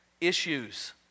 issues